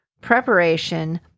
preparation